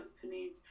companies